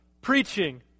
preaching